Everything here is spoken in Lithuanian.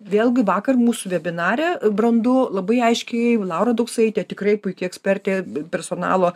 vėlgi vakar mūsų vebinare brandu labai aiškiai laura duksaitė tikrai puiki ekspertė personalo